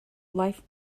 life